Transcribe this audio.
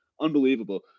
unbelievable